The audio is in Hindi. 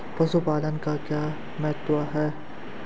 पशुपालन का क्या महत्व है?